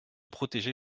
protéger